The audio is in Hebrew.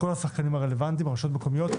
רשויות מקומיות.